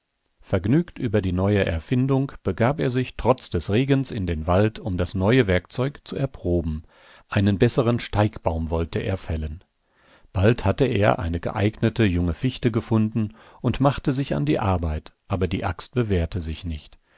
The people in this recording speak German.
vergnügt über die neue erfindung begab er sich trotz des regens in den wald um das neue werkzeug zu erproben einen besseren steigbaum wollte er fällen bald hatte er eine geeignete junge fichte gefunden und machte sich an die arbeit aber die axt bewährte sich nicht